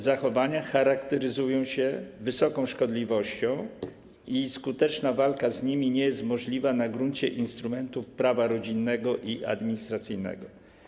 Zachowania te charakteryzują się wysoką szkodliwością i skuteczna walka z nimi nie jest możliwa na gruncie instrumentów prawa rodzinnego i administracyjnego.